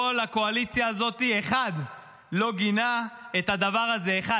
אחד בכל הקואליציה הזאת לא גינה את הדבר הזה, אחד.